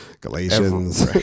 Galatians